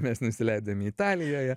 mes nusileidom italijoje